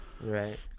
Right